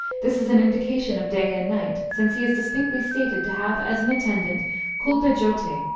this is an indication of day and night, since he is distinctly stated to have as an attendant kulpejotei,